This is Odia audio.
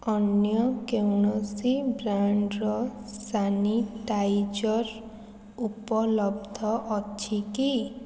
ଅନ୍ୟ କୌଣସି ବ୍ରାଣ୍ଡ୍ର ସାନିଟାଇଜର୍ ଉପଲବ୍ଧ ଅଛି କି